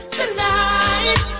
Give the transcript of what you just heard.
tonight